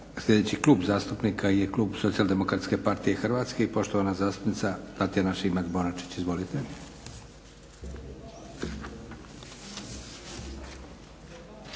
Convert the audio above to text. Sljedeći Klub zastupnika je Klub Socijaldemokratske partije Hrvatske i poštovana zastupnika Tatjana Šimac-Bonačić. Izvolite.